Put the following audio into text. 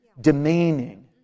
demeaning